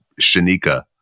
Shanika